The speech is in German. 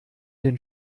den